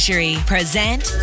Present